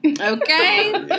Okay